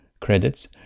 credits